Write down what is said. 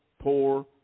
poor